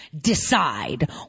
decide